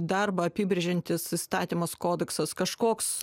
darbą apibrėžiantis įstatymas kodeksas kažkoks